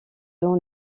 dans